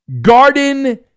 Garden